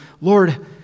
Lord